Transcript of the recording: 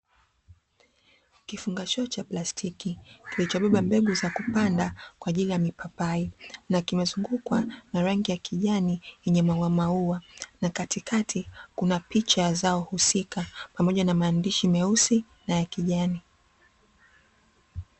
Kifungashio cha plastiki kilichobeba mbegu za kupanda kwaajili ya mipapai, na kimezungukwa na rangi ya kijani yenye mauamaua na katikati kuna picha ya zao husika, pamoja na maandishi meusi na ya kijani.